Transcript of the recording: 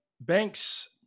banks